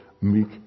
meek